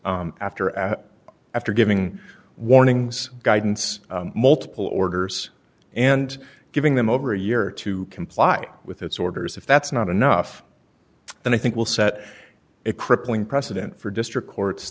s after and after giving warnings guidance multiple orders and giving them over a year to comply with its orders if that's not enough then i think we'll set it crippling precedent for district courts